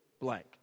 blank